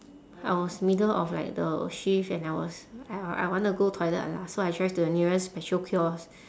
I was middle of like the shift and I was I I wanted to go toilet lah so I drive to the nearest petrol kiosk